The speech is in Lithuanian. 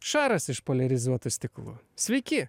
šaras iš poliarizuotų stiklų sveiki